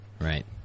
Right